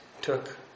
took